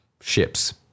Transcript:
ships